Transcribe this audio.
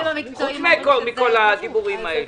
אז אדוני,